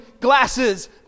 glasses